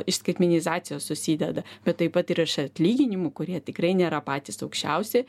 iš skaitmenizacijos susideda bet taip pat ir iš atlyginimų kurie tikrai nėra patys aukščiausi